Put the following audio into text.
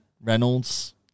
Reynolds